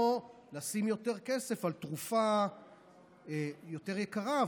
או לשים יותר כסף על תרופה יותר יקרה,